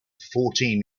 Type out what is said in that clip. fourteen